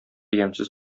ямьсез